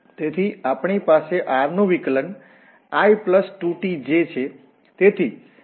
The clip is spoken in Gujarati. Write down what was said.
તેથી અમારી પાસે r નુ વિકલન i2t j છે